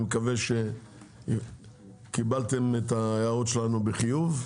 אני מקווה שקיבלתם את ההערות שלנו בחיוב.